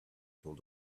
told